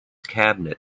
cabinet